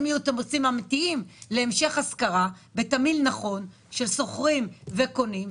יהיו תמריצים אמיתיים להמשך השכרה בתמהיל נכון של שוכרים וקונים,